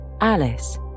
Alice